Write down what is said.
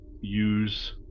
use